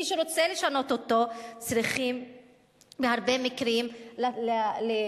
מי שרוצים לשנות אותו צריכים בהרבה מקרים לתכנן